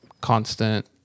constant